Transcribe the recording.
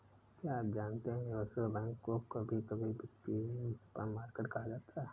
क्या आप जानते है यूनिवर्सल बैंक को कभी कभी वित्तीय सुपरमार्केट कहा जाता है?